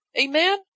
Amen